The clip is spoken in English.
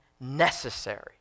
necessary